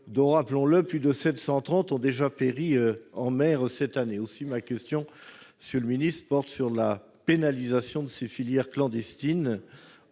dont, rappelons-le, plus de 730 ont déjà péri en mer cette année. Aussi ma question porte-t-elle sur la pénalisation de ces filières clandestines